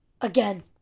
Again